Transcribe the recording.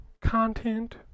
Content